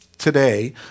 today